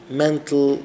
mental